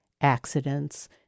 Accidents